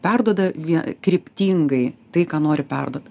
perduoda vie kryptingai tai ką nori perduot